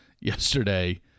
yesterday